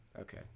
Okay